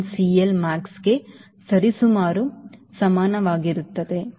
9CLmax ಕ್ಕೆ ಸರಿಸುಮಾರು ಸಮಾನವಾಗಿರುತ್ತದೆ